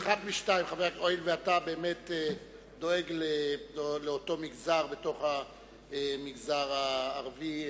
הואיל ואתה דואג לאותו מגזר בתוך המגזר הערבי,